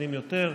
תבחינים יותר,